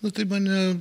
nu tai mane